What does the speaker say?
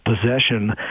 possession